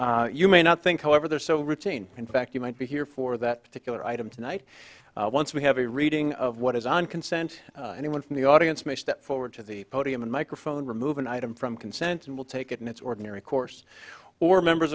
you may not think however they're so routine in fact you might be here for that particular item tonight once we have a reading of what is on consent anyone from the audience may step forward to the podium and microphone remove an item from consent and will take it in its ordinary course or members